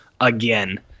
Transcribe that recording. again